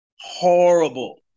horrible